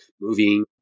moving